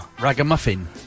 Ragamuffin